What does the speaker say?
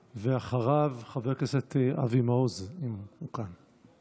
ואחריו, חבר הכנסת אבי מעוז, אם הוא כאן.